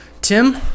Tim